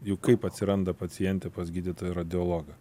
juk kaip atsiranda pacientė pas gydytoją radiologą